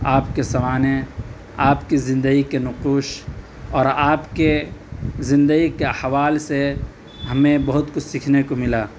آپ کے سوانح آپ کی زندگی کے نقوش اور آپ کے زندگی کے احوال سے ہمیں بہت کچھ سیکھنے کو ملا